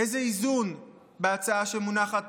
איזה איזון בהצעה שמונחת